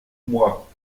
moi